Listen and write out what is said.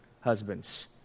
husbands